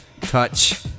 touch